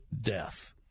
Death